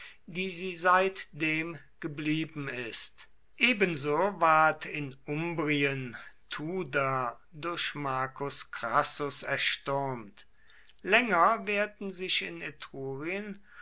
die sie seitdem geblieben ist ebenso ward in umbrien tuder durch marcus crassus erstürmt länger wehrten sich in